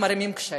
ומערימים קשיים.